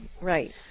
right